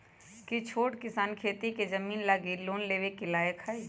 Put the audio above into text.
कि छोट किसान खेती के जमीन लागी लोन लेवे के लायक हई?